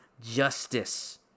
justice